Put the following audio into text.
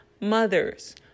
mothers